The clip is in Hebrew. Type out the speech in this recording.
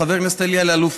חבר הכנסת אלי אלאלוף,